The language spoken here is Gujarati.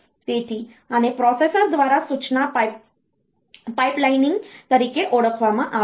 તેથી આને પ્રોસેસર દ્વારા સૂચના પાઇપલાઇનિંગ તરીકે ઓળખવામાં આવે છે